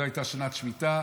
זו הייתה שנת שמיטה,